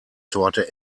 torte